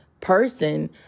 person